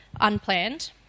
unplanned